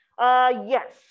Yes